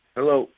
Hello